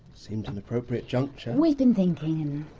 seemed an appropriate juncture. we've been thinking and,